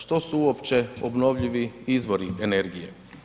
Što su uopće obnovljivi izvori energije?